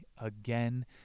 again